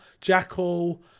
Jackal